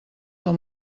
del